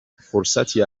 فرصتی